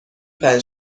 پنج